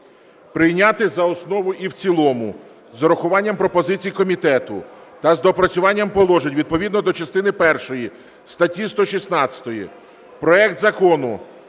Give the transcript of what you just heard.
прийняти за основу і в цілому з урахуванням пропозицій комітету та з доопрацюванням положень відповідно до частини першої статті 116 проект Закону